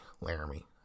Laramie